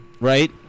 right